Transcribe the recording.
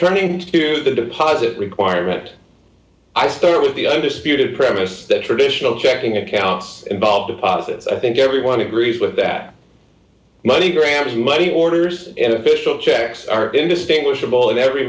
turning to here the deposit requirement i start with the undisputed premise that traditional checking accounts involve deposits i think everyone agrees with that money granting money orders and official checks are indistinguishable of every